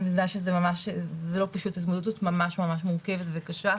אני יודעת שההתמודדות הזאת ממש מורכבת וקשה.